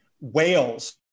whales